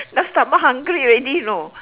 now stomach hungry already you know